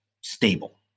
stable